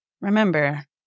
Remember